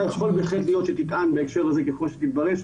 יכול להיות שהמדינה תטען בהקשר הזה ככל שתידרש.